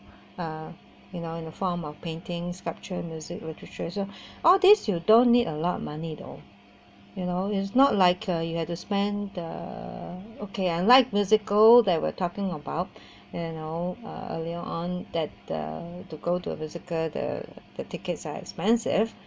uh you know in the form of painting sculpture music literature so all these you don't need a lot of money though you know is not like uh you had to spend uh okay I like musicals they were talking about you know earlier on that the to go to a musical the that tickets are expensive